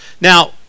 Now